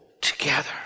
together